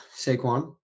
Saquon